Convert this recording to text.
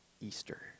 Easter